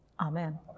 Amen